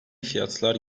fiyatlar